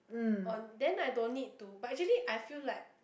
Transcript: on then I don't need to but actually I feel like